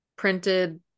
printed